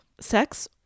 sex